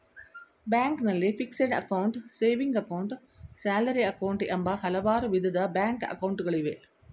ಬ್ಯಾಂಕ್ನಲ್ಲಿ fixed account, saving account, salary account, ಎಂಬ ಹಲವಾರು ವಿಧದ ಬ್ಯಾಂಕ್ ಅಕೌಂಟ್ ಗಳಿವೆ